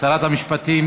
שרת המשפטים